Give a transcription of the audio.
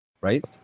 right